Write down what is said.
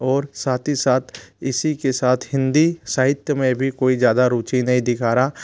और साथ ही साथ इसी के साथ हिन्दी साहित्य में भी कोई ज़्यादा रुचि नहीं दिखा रहा